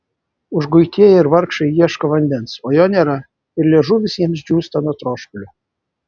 užguitieji ir vargšai ieško vandens o jo nėra ir liežuvis jiems džiūsta nuo troškulio